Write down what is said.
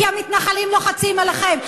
כי המתנחלים לוחצים עליכם.